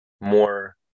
more